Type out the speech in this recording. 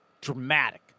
Dramatic